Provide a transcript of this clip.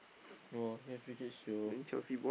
no show